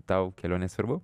tau kelionės svarbu